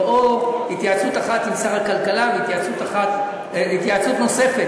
זה או התייעצות אחת עם שר הכלכלה והתייעצות נוספת,